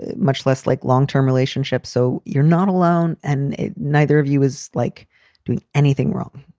much less like long term relationships. so you're not alone and neither of you is like doing anything wrong.